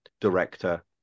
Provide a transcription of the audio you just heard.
director